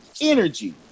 energy